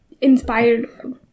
inspired